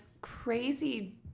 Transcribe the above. crazy